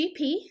GP